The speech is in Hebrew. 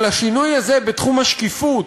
אבל השינוי הזה בתחום השקיפות,